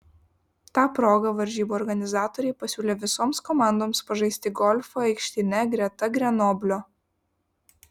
ta proga varžybų organizatoriai pasiūlė visoms komandoms pažaisti golfą aikštyne greta grenoblio